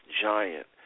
giant